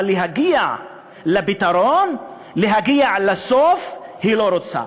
אבל להגיע לפתרון, להגיע לסוף, היא לא רוצה.